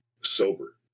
sober